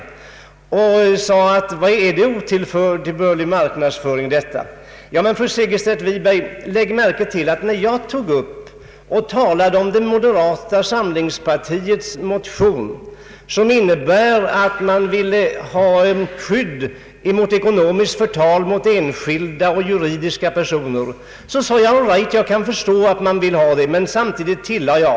Hon frågade: Är detta otillbörlig marknadsföring? Men, fru Segerstedt Wiberg, lägg märke till att jag, när jag talade om moderata samlingspartiets motion, som innebär att man vill ha skydd mot ekonomiskt förtal av enskilda och juridiska personer, sade att jag kan förstå att man vill få ett sådant skydd.